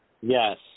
Yes